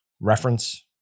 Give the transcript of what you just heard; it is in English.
reference